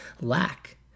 lack